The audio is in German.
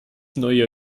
neue